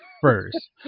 first